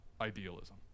idealism